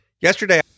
Yesterday